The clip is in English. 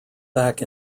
back